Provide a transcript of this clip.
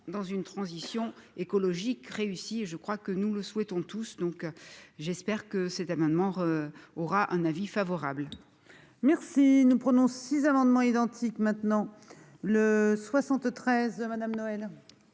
dans une transition écologique réussi et je crois que nous le souhaitons tous, donc j'espère que cet amendement. Aura un avis favorable. Merci nous prononcer. Six amendements identiques maintenant le 73 Madame Noël.